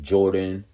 Jordan